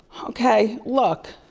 okay look,